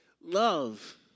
love